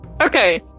Okay